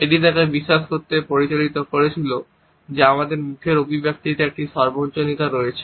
এটি তাকে বিশ্বাস করতে পরিচালিত করেছিল যে আমাদের মুখের অভিব্যক্তিতে একটি সর্বজনীনতা রয়েছে